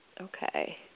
Okay